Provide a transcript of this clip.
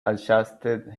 adjusted